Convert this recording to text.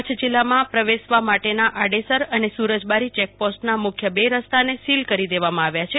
કચ્છ જિલ્લામાં પ્રવેવા માટેના આડેસર અને સુરજબારી ચેકપોસ્ટના મુખ્ય બે રસ્તાને સીલ કરી દેવામાં આવ્યા છે